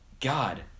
God